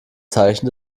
zeichen